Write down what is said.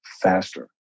faster